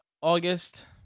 August